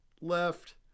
left